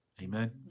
Amen